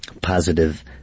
positive